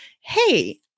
hey